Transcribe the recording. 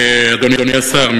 אדוני השר,